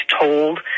told